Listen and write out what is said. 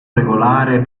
regolare